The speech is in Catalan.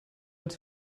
els